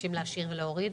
מבקשים להשאיר ולהוריד.